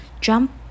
Jump